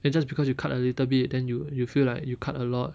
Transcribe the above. then just because you cut a little bit then you you feel like you cut a lot